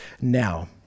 now